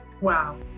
Wow